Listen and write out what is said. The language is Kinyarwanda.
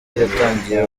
yatangiye